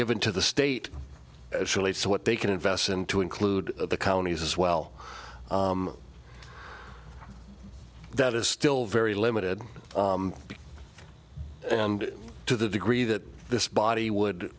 given to the state as relates to what they can invest in to include the counties as well that is still very limited and to the degree that this